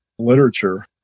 literature